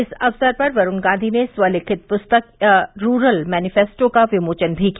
इस अवसर पर वरूण गांधी ने स्वलिखित पुस्तक ए रूरल मैनिफेस्टो का विमोचन भी किया